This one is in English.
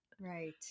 right